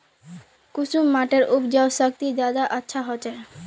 कुंसम माटिर उपजाऊ शक्ति ज्यादा अच्छा होचए?